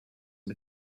and